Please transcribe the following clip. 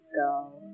go